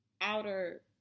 outer